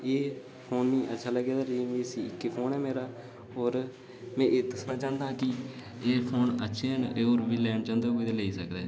एह् फोन मिगी अच्छा लग्गे दा में इसी इक्कै फोन ऐ मेरा ओर एह् दस्सना चांह्दा कि एह् फोन अच्छे न होर बी लैना चाहंदा कोई ते लेई सकदा ऐ